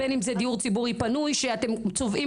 למשל אם זה דיור ציבורי פנוי שאתם צובעים